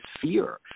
fear